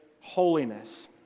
Holiness